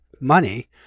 money